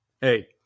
hey